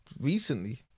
recently